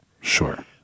Sure